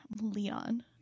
Leon